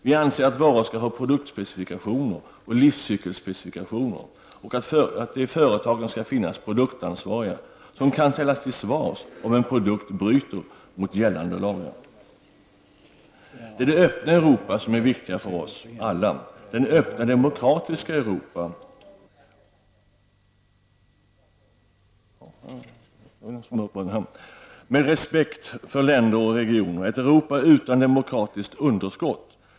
Vi anser att varor skall ha produktspecifikationer och livscykelspecifikationer och att det i företagen skall finnas produktansvariga som kan ställas till svars om en produkt bryter mot gällande lagar. Det öppna Europa är viktigt för oss alla. Det gäller det öppna, demokratiska Europa med respekt för länder och regioner, ett Europa utan demokratiskt underskott.